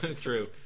True